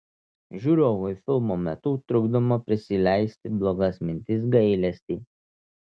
žiūrovui filmo metu trukdoma prisileisti blogas mintis gailestį